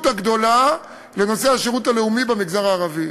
הגדולה בנושא השירות הלאומי במגזר הערבי.